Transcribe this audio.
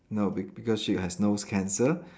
no be~ because she has nose cancer